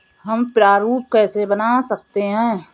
हम प्रारूप कैसे बना सकते हैं?